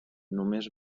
només